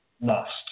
lost